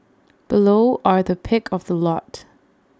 below are the pick of the lot